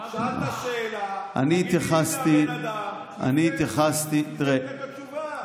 שאלת שאלה --- תן את התשובה.